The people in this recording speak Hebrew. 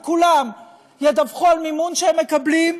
כולם ידווחו על מימון שהם מקבלים.